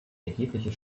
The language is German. erhebliche